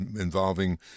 involving